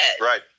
Right